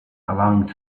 allowing